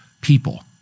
people